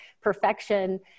perfection